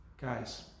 Guys